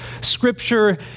scripture